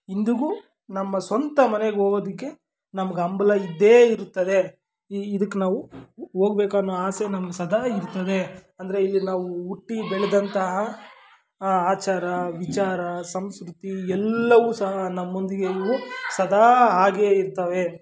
ಇಂದಿಗೂ ನಮ್ಮ ಸ್ವಂತ ಮನೆಗೆ ಹೋಗೋದಿಕ್ಕೆ ನಮ್ಗೆ ಹಂಬ್ಲ ಇದ್ದೇ ಇರ್ತದೆ ಇದಕ್ಕೆ ನಾವು ಹೋಗ್ಬೇಕ್ ಅನ್ನೋ ಆಸೆ ನಮ್ಗೆ ಸದಾ ಇರ್ತದೆ ಅಂದರೆ ಇಲ್ಲಿ ನಾವು ಹುಟ್ಟಿ ಬೆಳೆದಂತಹ ಆ ಆಚಾರ ವಿಚಾರ ಸಂಸ್ಕ್ರತಿ ಎಲ್ಲವೂ ಸಹ ನಮ್ಮೊಂದಿಗೆ ಇವು ಸದಾ ಹಾಗೇ ಇರ್ತವೆ